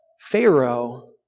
Pharaoh